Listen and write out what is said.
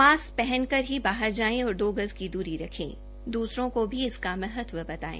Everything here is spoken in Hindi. मास्क पहन कर ही बाहर जाएं और दो गज की दूरी रखे दूसरों को भी इसका महत्व बताए